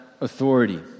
authority